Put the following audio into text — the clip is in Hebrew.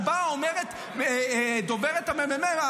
כשבאה דוברת הממ"מ,